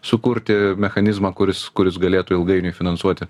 sukurti mechanizmą kuris kuris galėtų ilgainiui finansuoti